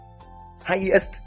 highest